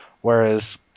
whereas